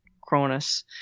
Cronus